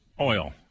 oil